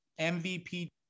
MVP